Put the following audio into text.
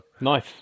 Nice